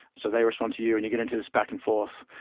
so they respond to you and you get into this back and forth,